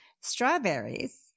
Strawberries